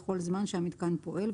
בכל זמן שהמיתקן פועל,